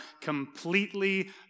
completely